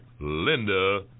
Linda